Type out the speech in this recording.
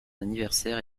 anniversaire